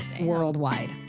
worldwide